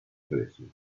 precio